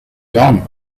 gone